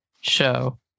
show